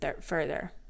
further